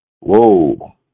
Whoa